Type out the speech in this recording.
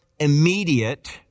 immediate